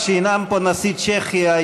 כשינאם פה נשיא צ'כיה,